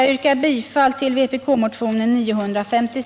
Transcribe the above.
Jag yrkar bifall till vpk-motionen 956.